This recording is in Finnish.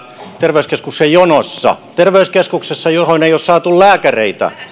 terveyskeskuksen jonossa terveyskeskuksessa johon ei ole saatu lääkäreitä